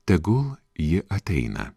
tegu ji ateina